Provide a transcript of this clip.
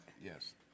Yes